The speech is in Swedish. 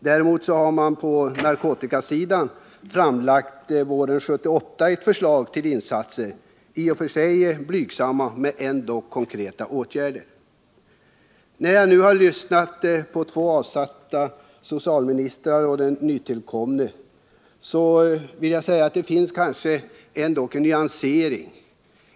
Däremot har man på narkotikasidan under våren 1978 framlagt ett förslag till insatser, i och för sig ganska blygsamma men ändå konkreta. När jag nu lyssnat på två avsatta socialministrar och den nytillkomna vill jag säga att det kanske ändock finns nyanseringar.